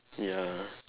ya